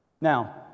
Now